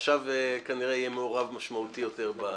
ועכשיו כנראה יהיה מעורב משמעותית יותר.